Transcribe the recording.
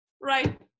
right